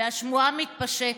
והשמועה מתפשטת.